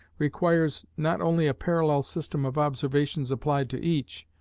requires not only a parallel system of observations applied to each,